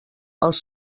els